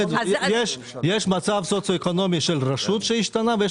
יש מצב סוציואקונומי של רשות שהשתנה ויש